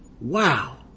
Wow